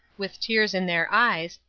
with tears in their eyes,